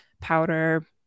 powder